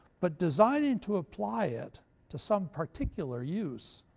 but designing to apply it to some particular use,